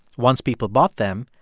once people bought them,